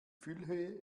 füllhöhe